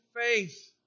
faith